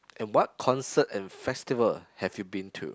and what concert and festival have you been to